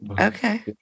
Okay